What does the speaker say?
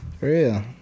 real